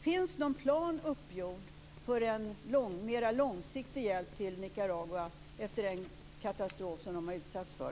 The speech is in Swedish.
Finns det någon plan för en mer långsiktig hjälp till Nicaragua efter den katastrof som de har utsatts för?